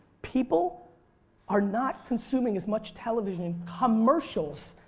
people are not consuming as much television, commercials.